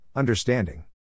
Understanding